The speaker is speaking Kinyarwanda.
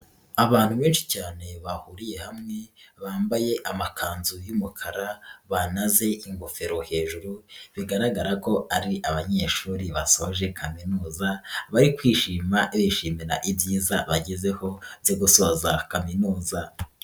Abantu benshi cyane bahuriye hamwe bambaye amakanzu y'umukara banaze ingofero hejuru bigaragara ko ari abanyeshuri basoje kaminuza, bari kwishima bishimira ibyiza bagezeho byo gusoza kaminuza.